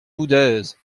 boudaises